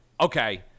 okay